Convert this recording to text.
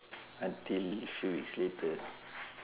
until two weeks later